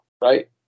right